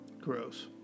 Gross